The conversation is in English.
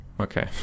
Okay